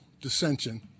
dissension